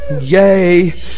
Yay